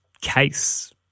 case